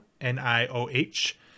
N-I-O-H